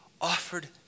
offered